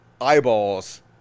eyeballs